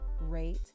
rate